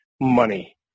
money